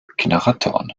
generatoren